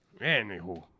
Anywho